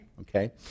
okay